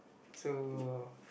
so